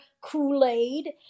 Kool-Aid